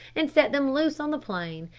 and set them loose on the plain,